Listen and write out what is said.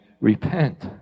repent